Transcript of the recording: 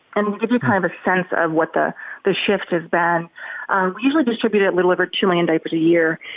and to give you kind of a sense of what the the shift has been, we usually distribute a little over two million diapers a year.